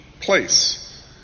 place